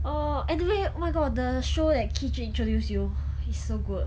oh anyway oh my god the show that ki zhi introduce you it's so good